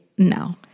No